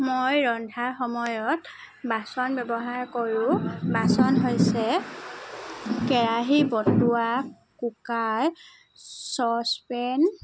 মই ৰন্ধাৰ সময়ত বাচন ব্যৱহাৰ কৰোঁ বাচন হৈছে কেৰাহী বটোৱা কুকাৰ চ'চপেন